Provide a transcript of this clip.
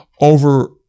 over